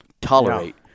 tolerate